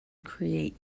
create